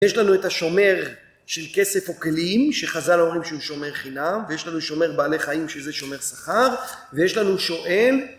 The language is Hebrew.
יש לנו את השומר של כסף או כלים, שחזל אומרים שהוא שומר חינם, ויש לנו שומר בעלי חיים שזה שומר שכר, ויש לנו שואל